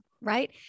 right